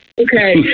Okay